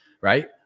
Right